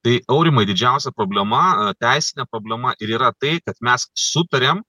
tai aurimai didžiausia problema teisinė problema ir yra tai kad mes sutarėm